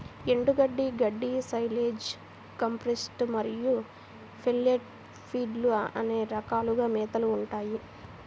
ఎండుగడ్డి, గడ్డి, silage, compressed మరియు పెల్లెట్ ఫీడ్లు అనే రకాలుగా మేతలు ఉంటాయి